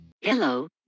Hello